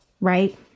right